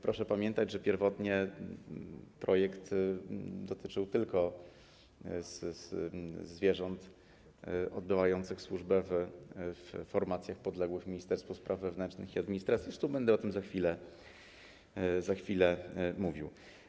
Proszę pamiętać, że pierwotnie projekt dotyczył tylko zwierząt odbywających służbę w formacjach podległych Ministerstwu Spraw Wewnętrznych i Administracji, zresztą będę o tym za chwilę mówił.